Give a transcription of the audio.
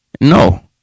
No